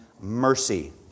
mercy